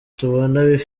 akamaro